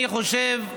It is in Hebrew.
אני חושב,